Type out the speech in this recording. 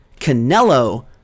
Canelo